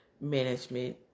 management